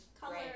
color